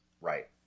Right